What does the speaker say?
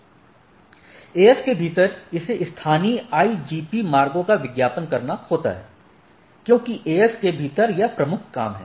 AS के भीतर इसे स्थानीय IGP मार्गों का विज्ञापन करना होता है क्योंकि AS के भीतर यह प्रमुख काम है